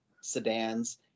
sedans